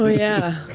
ah yeah.